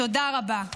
תודה רבה.